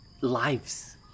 lives